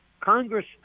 Congress